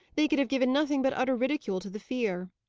they could have given nothing but utter ridicule to the fear.